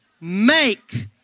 Make